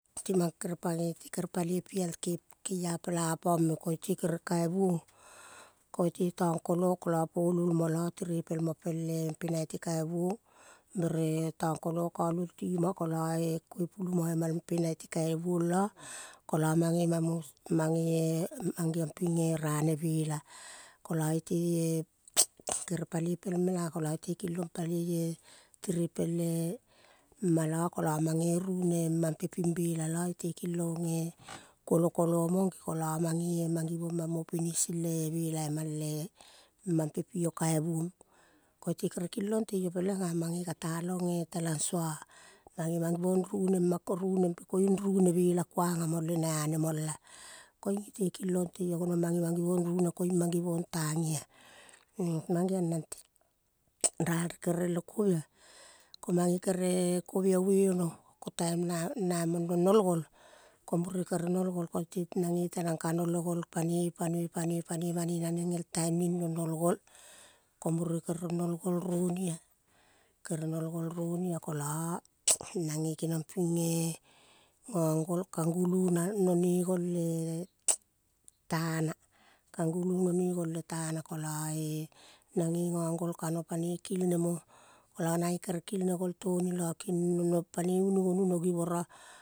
Timang kare pagoi pieal pela a-pone me ko-iyo te kere kaivuong, ko-iyo te tong kolo kolo poluol mo lo tire pei mo eh. Pe nai te kainuong, bere tong kolo kololo timo kolo eh. Poipulu mo imal pe nai te kaibuong lo kolo mange mang, mange eh. mangeong pinge rane bela, kolo iyo te kere paloi pel mela, kolo iyo te kilong paloi eh. Tire pel eh ma lo kolo mange rune mam pe ping bela lo iyo te kilong eh. Kuolo kolo mange, kolo mange givong mamop pinising le bela imal mam pe pi iyo kaibuong, ko te kere kilong tei iyo peleng ah mange ka talong eh telang suo-ah. Mange mangivong rune koing rune bela kuang ah mole na anemol ah. Koing iyo te kilong tei iyo konong mange mangivong rune koing mangivong tang iyo-ah. Mangeong ral re kere le kovia, ko mange kere kovia ume ono ko taim na ong no nol gol, ko mure kere mol gol nange tenang kano le gol panoi, panoi, panoi, panoi, panoi, nanang el taim ning no nol gol ko mure kere nol go roni ah. Kolo nange keniong ping eh. Gong gol kangu lu no ne gel le tana. Kangulu no ne gol letana kolo eh nange gong gol kano panoi kil nemo kolo nange kere kilne gol foni panoi unu gonu no givoro.